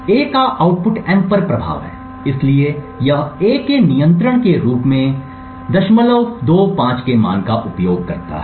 A का output M पर प्रभाव है इसलिए यह A के नियंत्रण के रूप में 025 के मान का उपयोग करता है